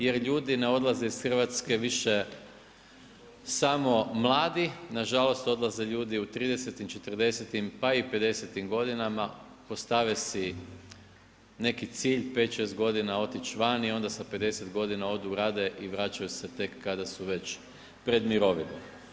Jer ljudi ne odlaze iz Hrvatske više samo mladi na žalost odlaze ljudi u 30-tim, 40-tim pa i 50-tim godinama postave si neki cilj 5, 6 godina otići vani i onda sa 50 godina odu rade i vračaju se tek kada su već pred mirovinom.